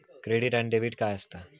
Credit आणि debit काय असता?